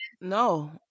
No